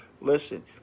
Listen